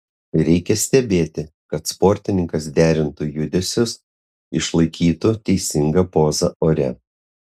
reikia stebėti kad sportininkas derintų judesius išlaikytų teisingą pozą ore